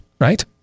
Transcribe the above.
right